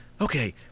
okay